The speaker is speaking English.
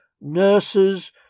nurses